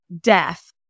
death